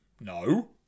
no